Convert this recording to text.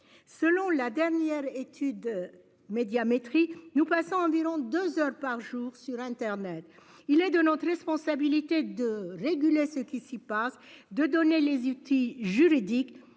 Selon la dernière étude Médiamétrie. Nous passons environ 2h par jour sur internet, il est de notre responsabilité de réguler ce qui s'y passe de donner les outils juridiques